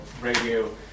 radio